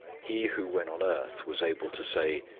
he who when on earth was able to say,